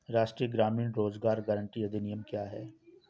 राष्ट्रीय ग्रामीण रोज़गार गारंटी अधिनियम क्या है?